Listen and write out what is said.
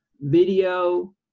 video